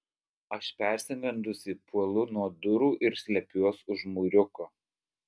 aš persigandusi puolu nuo durų ir slepiuos už mūriuko